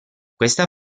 questa